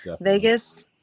Vegas